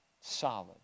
solid